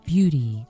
Beauty